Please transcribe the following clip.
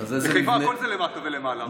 בחיפה הכול זה למטה ולמעלה.